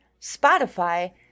Spotify